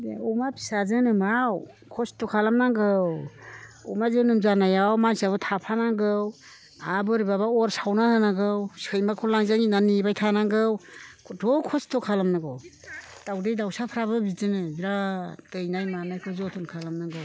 अमा फिसा जोनोमाव खस्थ' खालामनांगौ अमा जोनोम जानायाव मानसियाबो थाफानांगौ आरो बोरैबाबा अर सावना होनांगौ सैमाखौ लांजानो गिनानै नेबाय थानांगौ खदथ' खस्थ' खालामनांगौ दावदै दावसाफ्राबो बिदिनो बिराद दैनाय मानायखौ जोथोन खालामनांगौ